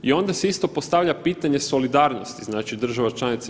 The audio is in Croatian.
I onda se isto postavlja pitanje solidarnosti, znači država članica EU.